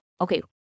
okay